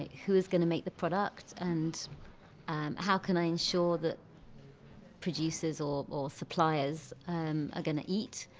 who is gonna make the product? and how can i ensure that producers or or suppliers, um, are gonna eat?